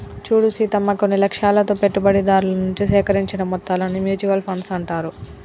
చూడు సీతమ్మ కొన్ని లక్ష్యాలతో పెట్టుబడిదారుల నుంచి సేకరించిన మొత్తాలను మ్యూచువల్ ఫండ్స్ అంటారు